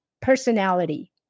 personality